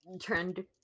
trend